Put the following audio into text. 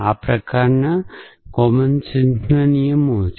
આ પ્રકારના કોમનસેન્સ નિયમો છે